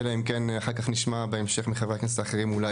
אלא אם נשמע בהמשך מחברי הכנסת האחרים שאולי